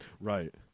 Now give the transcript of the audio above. Right